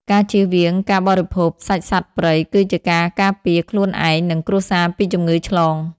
ការជៀសវាងការបរិភោគសាច់សត្វព្រៃគឺជាការការពារខ្លួនឯង និងគ្រួសារពីជំងឺឆ្លង។